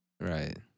Right